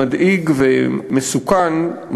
מדאיג ומסוכן,